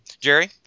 Jerry